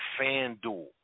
FanDuel